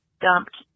dumped